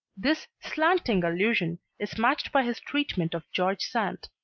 this slanting allusion is matched by his treatment of george sand.